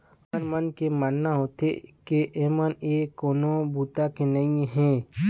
ओखर मन के मानना होथे के एमन ह कोनो बूता के नइ हे